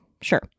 Sure